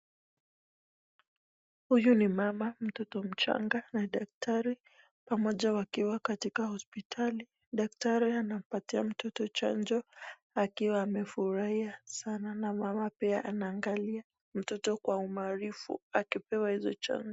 Huyu ni mama, mtoto mchanga na daktari pamoja wakiwa katika hosiptali, daktari anampatia mtoto chanjo akiwa amefurahia sana na mama pia anaangalia mtoto kwa umaarifu akipewa hizo chanjo.